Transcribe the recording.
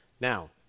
Now